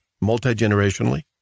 multi-generationally